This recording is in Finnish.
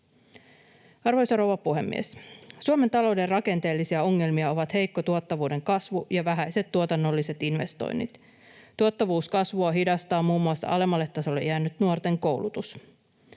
Arvoisa rouva puhemies! Suomen talouden rakenteellisia ongelmia ovat heikko tuottavuuden kasvu ja vähäiset tuotannolliset investoinnit. Tuottavuuskasvua hidastaa muun muassa alemmalle tasolle jäänyt nuorten koulutus.